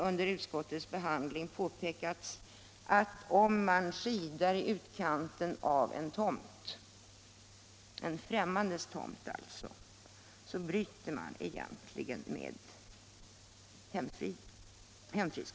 Under utskottets behandling har det t.o.m. påpekats att om man skidar i utkanten av en främmande tomt, bryter man egentligen mot hemfriden.